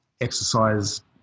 exercise